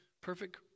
perfect